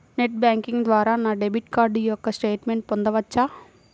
Net banking ద్వారా నా debit card యొక్క స్టేట్మెంట్ పొందవచ్చా?